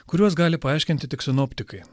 kuriuos gali paaiškinti tik sinoptikai